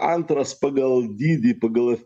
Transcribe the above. antras pagal dydį pagal